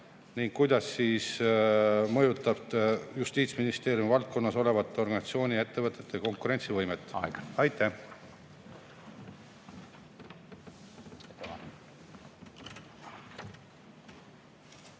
Kuidas see mõjutab Justiitsministeeriumi valdkonnas olevate organisatsioonide ja ettevõtete konkurentsivõimet? Aitäh